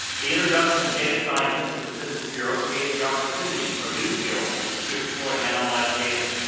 the introduction of data scientists at the census bureau creates the opportunity for new skills to explore and analyze data.